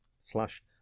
slash